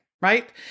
Right